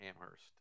Amherst